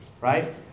right